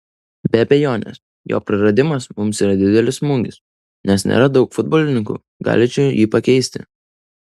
be abejonės jo praradimas mums yra didelis smūgis nes nėra daug futbolininkų galinčių jį pakeisti